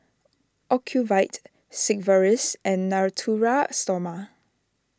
Ocuvite Sigvaris and Natura Stoma